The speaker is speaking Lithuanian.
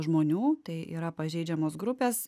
žmonių tai yra pažeidžiamos grupės